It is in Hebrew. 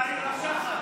שחר".